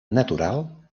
natural